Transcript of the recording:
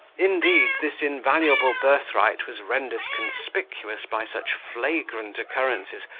indeed this invaluable birthright was rendered conspicuous by such flagrant occurrences,